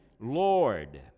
Lord